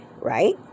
right